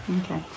Okay